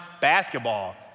basketball